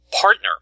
partner